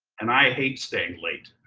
and i hate staying late.